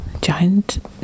giant